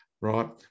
right